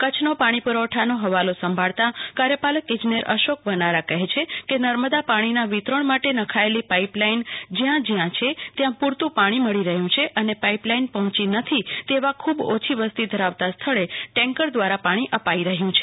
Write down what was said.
કચ્છનો પાણી પુરવઠા હવાલો સંભાળતા કાર્યપાલક ઈજનેર અશોક વનારા કહે છે કે નર્મદા પાણીના વિતરણ માટે નંખાયેલી પાઈપ લાઈન જ્યાં જ્યાં છે ત્યાં પૂરતું પાણી મળી રહ્યું છે અને પાઈપ લાઈન પહોંચી નથી તેવા ખૂબ ઓછી વસ્તી ધરાવતા સ્થળે ટેન્કર દ્વારા પાણી અપાઈ રહ્યું છે